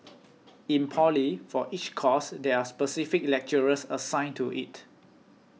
in poly for each course there are specific lecturers assigned to it